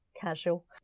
Casual